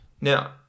now